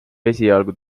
esialgu